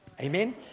Amen